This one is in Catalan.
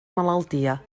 malaltia